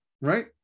right